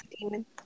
Demon